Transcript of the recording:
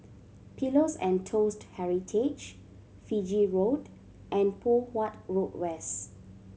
Pillows and Toast Heritage Fiji Road and Poh Huat Road West